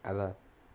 அதான்:athaan